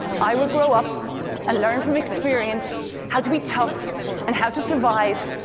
i would grow up and learn from experience how to be tough and how to survive,